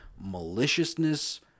maliciousness